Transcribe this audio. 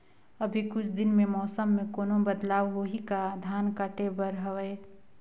अभी कुछ दिन मे मौसम मे कोनो बदलाव होही का? धान काटे बर हवय?